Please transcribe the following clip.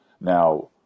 Now